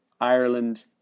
Ireland